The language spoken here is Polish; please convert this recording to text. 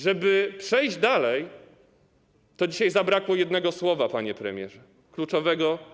Żeby przejść dalej, dzisiaj zabrakło jednego słowa, panie premierze, kluczowego.